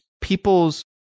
people's